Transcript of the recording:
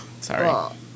Sorry